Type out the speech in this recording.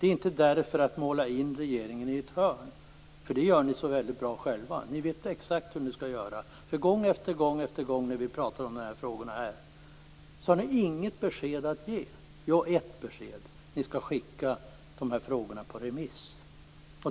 Jag gör det inte för att måla in regeringen i ett hörn - det gör ni så bra själva. Ni vet exakt hur ni skall göra. Gång efter gång när vi pratar om de här frågorna har ni bara ett besked, nämligen att ni skall skicka frågorna på remiss.